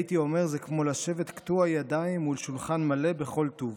הייתי אומר: זה כמו לשבת קטוע ידיים מול שולחן מלא בכל טוב.